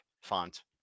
font